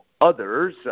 others